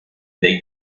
dei